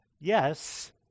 yes